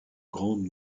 grandes